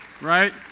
Right